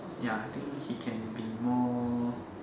ya I think he can be more